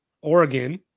Oregon